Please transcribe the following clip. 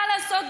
מה לעשות,